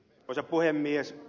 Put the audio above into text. arvoisa puhemies